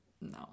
no